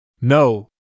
No